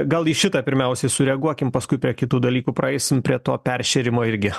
gal į šitą pirmiausiai sureaguokim paskui prie kitų dalykų praeisim prie to peršėrimo irgi